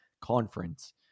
conference